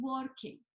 working